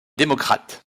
démocrate